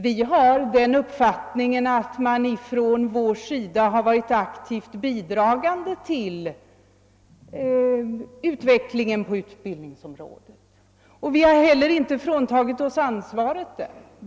Vi har den uppfattningen att vi från vår sida har varit aktivt bidragande till utvecklingen på utbildningens område, och vi har heller inte fråntagit oss ansvaret.